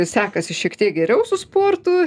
sekasi šiek tiek geriau su sportu